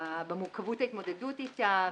במורכבות ההתמודדות איתה.